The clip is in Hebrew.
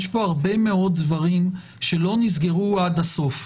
יש פה הרבה מאוד דברים שלא נסגרו עד הסוף,